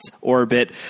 orbit